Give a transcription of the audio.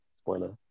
spoiler